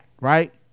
right